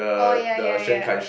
oh ya ya ya